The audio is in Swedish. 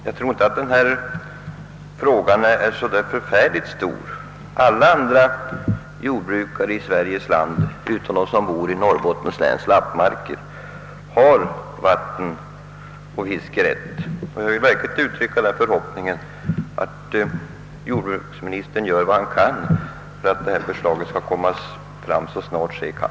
Jag tror inte att denna fråga är så oerhört stor. Alla jordbrukare i Sveriges land utom de som bor i Norrbottens läns lappmarker har vattenoch fiskerätt. Jag vill verkligen uttrycka den förhoppningen, att jordbruksministern gör vad han kan för att detta förslag skall komma fram så snart ske kan.